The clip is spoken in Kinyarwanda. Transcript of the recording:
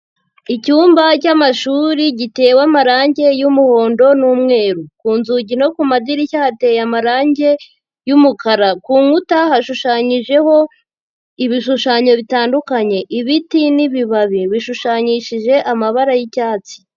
Icyumba cy'amashuri gitewe amarangi y'umuhondo n'umweru ku nzugi no ku madirishya hateye amarangi y'umukara, ku nkuta hashushanyijeho ibishushanyo bitandukanye ibiti n'ibibabi bishushanyishije amabara y'icyatsi.